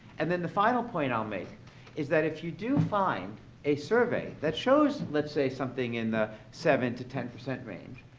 and then the final point i'll make is that if you do find a survey that shows, let's say something in the seven to ten percent range,